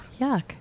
Yuck